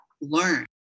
learn